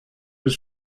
was